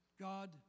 God